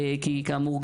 כאמור,